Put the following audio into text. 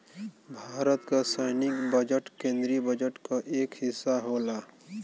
भारत क सैनिक बजट केन्द्रीय बजट क एक हिस्सा होला